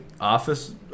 Office